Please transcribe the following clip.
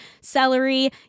celery